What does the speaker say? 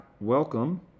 welcome